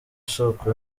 soko